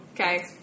Okay